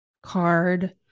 card